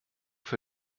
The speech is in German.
für